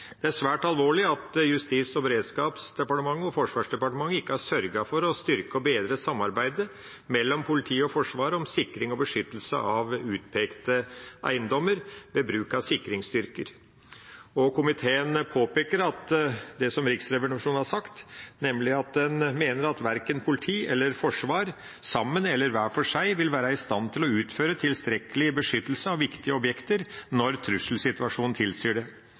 Det er svært alvorlig at Justis- og beredskapsdepartementet og Forsvarsdepartementet ikke har sørget for å styrke og bedre samarbeidet mellom politiet og Forsvaret om sikring og beskyttelse av utpekte eiendommer ved bruk av sikringsstyrker. Komiteen påpeker det som Riksrevisjonen har sagt, nemlig at de mener at verken politi eller forsvar, sammen eller hver for seg, vil være i stand til å utføre tilstrekkelig beskyttelse av viktige objekter når trusselsituasjonen tilsier det.